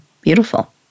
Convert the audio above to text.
Beautiful